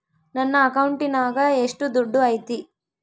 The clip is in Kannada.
ನನ್ನ ಅಕೌಂಟಿನಾಗ ಎಷ್ಟು ದುಡ್ಡು ಐತಿ?